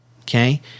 Okay